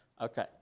Okay